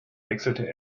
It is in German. wechselte